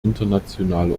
internationale